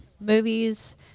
movies